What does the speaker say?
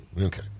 Okay